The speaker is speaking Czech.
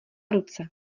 ruce